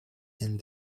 and